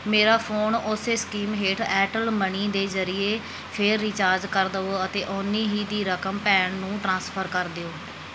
ਮੇਰਾ ਫੋਨ ਉਸੇ ਸਕੀਮ ਹੇਠ ਐਰਟੱਲ ਮਨੀ ਦੇ ਜ਼ਰੀਏ ਫੇਰ ਰਿਚਾਰਜ ਕਰ ਦੇਵੋ ਅਤੇ ਓਨੀ ਹੀ ਦੀ ਰਕਮ ਭੈਣ ਨੂੰ ਟ੍ਰਾਂਸਫਰ ਕਰ ਦਿਓ